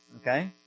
Okay